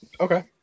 Okay